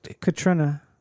Katrina